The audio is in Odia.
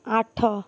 ଆଠ